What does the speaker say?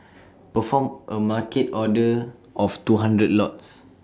perform A market order of two hundred lots